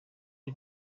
ari